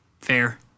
Fair